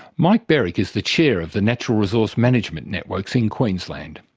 mike berwick is the chair of the natural resource management networks in queensland.